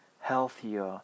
healthier